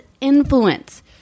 influence